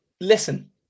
listen